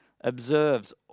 observes